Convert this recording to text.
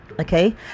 okay